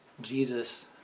Jesus